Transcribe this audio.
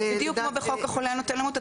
בדיוק כמו בחוק החולה הנוטה למות,